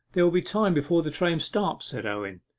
there will be time before the train starts said owen.